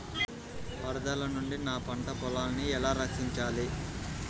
వరదల నుండి నా పంట పొలాలని ఎలా రక్షించాలి?